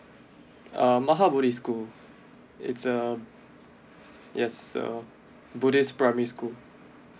um maha bodhi school it's um yes uh buddhist primary school